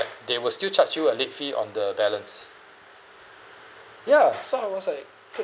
they will still charge you a late fee on the balance ya so I was like